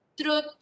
Truth